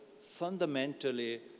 fundamentally